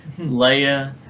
Leia